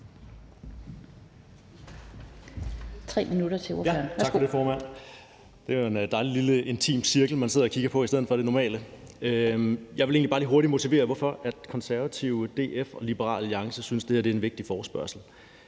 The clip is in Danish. Tak for det, formand. Det er en dejlig lille intim cirkel, man sidder og kigger på i stedet for det normale. Jeg vil egentlig bare lige hurtigt motivere, hvorfor Konservative, DF og Liberal Alliance synes, det her er en vigtig forespørgsel.